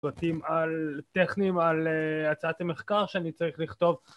פרטים על טכנים על הצעת המחקר שאני צריך לכתוב